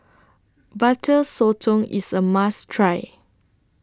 Butter Sotong IS A must Try